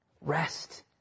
Rest